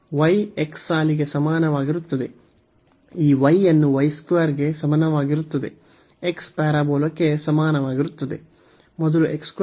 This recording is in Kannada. y x ಸಾಲಿಗೆ ಸಮಾನವಾಗಿರುತ್ತದೆ ಈ y ಅನ್ನು y 2 ಗೆ ಸಮನಾಗಿರುತ್ತದೆ x ಪ್ಯಾರಾಬೋಲಾಕ್ಕೆ ಸಮಾನವಾಗಿರುತ್ತದೆ